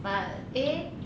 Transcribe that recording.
ha eh